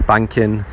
Banking